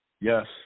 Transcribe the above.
Yes